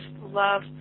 love –